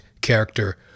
character